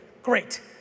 Great